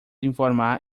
informar